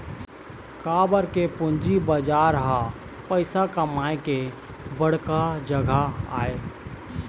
काबर के पूंजी बजार ह पइसा कमाए के बड़का जघा आय